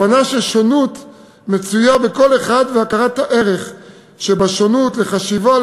הבנה ששונות מצויה בכל אחד והכרת הערך שבשונות לחשיבה,